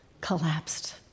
collapsed